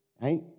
right